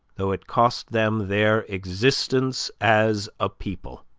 though it cost them their existence as a people.